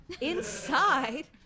Inside